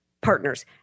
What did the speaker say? partners